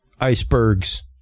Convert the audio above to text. icebergs